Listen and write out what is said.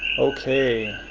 okay,